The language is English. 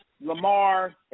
Lamar